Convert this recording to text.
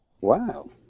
Wow